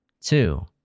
two